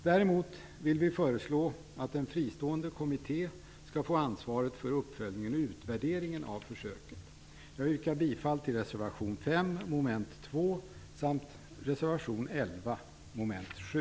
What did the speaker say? Däremot vill vi föreslå att en fristående kommitté skall få ansvaret för uppföljningen och utvärderingen av försöket. Jag yrkar bifall till reservation 5 vad gäller mom. 2 samt till reservation 11 mom. 7.